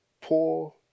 poor